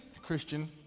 Christian